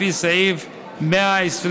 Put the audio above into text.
לפי סעיף 123א(ג)(1)לפקודה,